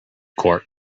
court